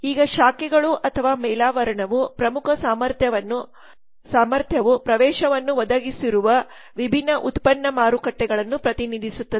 ಈಗ ಶಾಖೆಗಳು ಅಥವಾ ಮೇಲಾವರಣವು ಪ್ರಮುಖ ಸಾಮರ್ಥ್ಯವು ಪ್ರವೇಶವನ್ನು ಒದಗಿಸಿರುವ ವಿಭಿನ್ನ ಉತ್ಪನ್ನ ಮಾರುಕಟ್ಟೆಗಳನ್ನು ಪ್ರತಿನಿಧಿಸುತ್ತದೆ